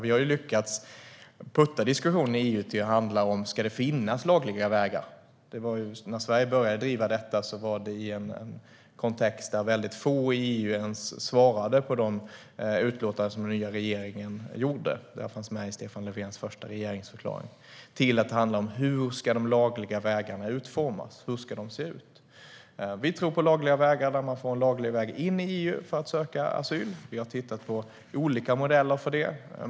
Vi har lyckats putta diskussionen i EU till att handla om ifall det ska finnas lagliga vägar. När Sverige började driva detta var det i en kontext där få i EU ens svarade på de utlåtanden som den nya regeringen gjorde. Det fanns med i Stefan Löfvens första regeringsförklaring. Nu handlar det om hur de lagliga vägarna ska utformas och se ut. Vi tror på lagliga vägar där man får en laglig väg in i EU för att söka asyl. Vi har tittat på olika modeller för detta.